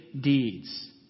deeds